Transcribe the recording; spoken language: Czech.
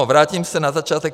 Vrátím se na začátek.